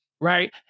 right